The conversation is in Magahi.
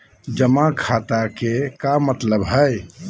जमा खाता के का मतलब हई?